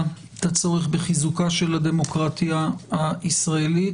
את הצורך בחיזוקה של הדמוקרטיה הישראלית,